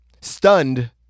Stunned